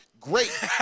Great